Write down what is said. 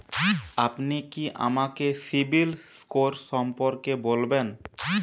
আপনি কি আমাকে সিবিল স্কোর সম্পর্কে বলবেন?